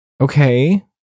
Okay